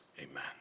amen